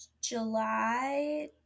July